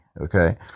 okay